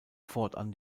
fortan